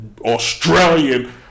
Australian